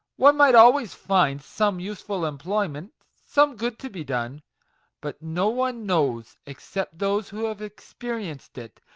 one might always find some useful employment, some good to be done but no one knows, except those who have experienced it,